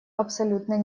абсолютной